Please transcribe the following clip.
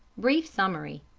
brief summary